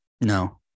No